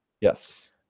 Yes